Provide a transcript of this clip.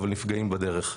אבל נפגעים בדרך.